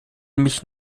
mich